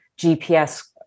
GPS